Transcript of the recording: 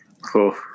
cool